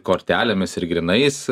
kortelėmis ir grynais